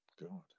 God